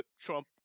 Trump